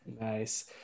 nice